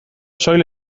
soil